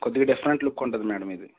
కొద్దిగ different look ఉంటుంది madam ఇది